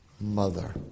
mother